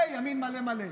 זה ימין מלא מלא.